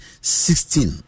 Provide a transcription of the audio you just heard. sixteen